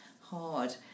hard